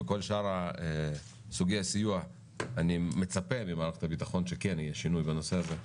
בכל שאר סוגי הסיוע אני מצפה ממערכת הביטחון שכן יהיה שינוי בנושא הזה.